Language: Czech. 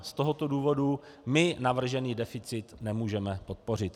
Z tohoto důvodu my navržený deficit nemůžeme podpořit.